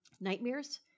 nightmares